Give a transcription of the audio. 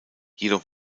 jedoch